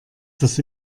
das